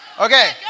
Okay